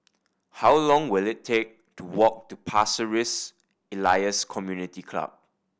how long will it take to walk to Pasir Ris Elias Community Club